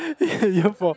year four